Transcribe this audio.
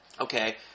okay